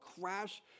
crash